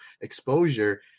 exposure